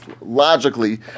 logically